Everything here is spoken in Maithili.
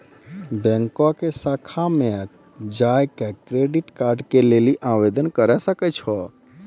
बैंको के शाखा मे जाय के क्रेडिट कार्ड के लेली आवेदन करे सकै छो